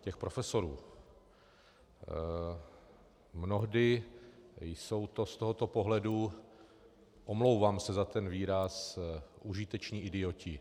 Těch profesorů, mnohdy jsou to z tohoto pohledu omlouvám se za ten výraz užiteční idioti.